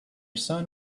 son